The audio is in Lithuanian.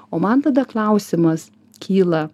o man tada klausimas kyla